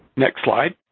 next slide.